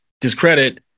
discredit